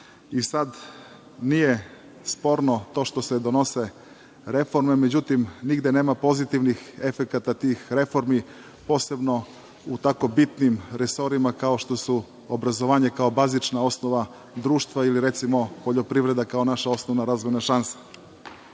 naroda. Nije sporno to što se donose reforme. Međutim, nigde nema pozitivnih efekata tih reformi, posebno u tako bitnim resorima, kao što su obrazovanje, kao bazična osnova društva ili poljoprivreda, kao naša osnovna razvojna šansa. Jedan